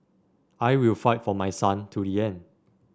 I will fight for my son to the end